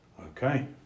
Okay